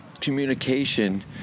communication